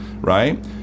right